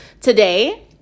today